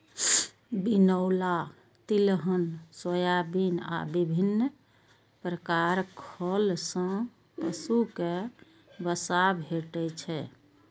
बिनौला, तिलहन, सोयाबिन आ विभिन्न प्रकार खल सं पशु कें वसा भेटै छै